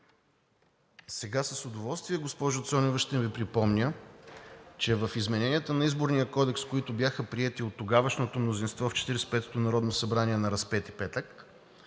Сега с удоволствие, госпожо Цонева, ще Ви припомня, че в измененията на Изборния кодекс, които бяха приети от тогавашното мнозинство в Четиридесет и петото народно събрание на Разпети петък,